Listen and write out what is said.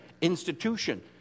institution